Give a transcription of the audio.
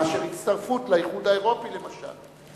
מאשר הצטרפות לאיחוד האירופי, למשל?